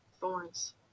thorns